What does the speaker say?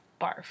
barf